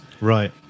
Right